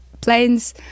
planes